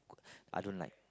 I don't like